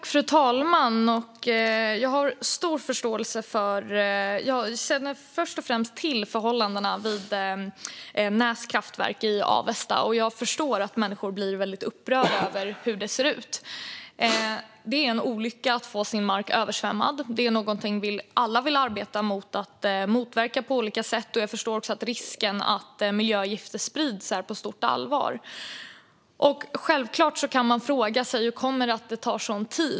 Fru talman! Jag känner till förhållandena vid Näs kraftverk i Avesta, och jag förstår att människor blir väldigt upprörda över hur det ser ut. Det är en olycka att få sin mark översvämmad; detta är någonting som vi alla vill arbeta för att motverka på olika sätt. Jag förstår också att risken att miljögifter sprids ska tas på stort allvar. Självklart kan man undra hur det kommer sig att det tar sådan tid.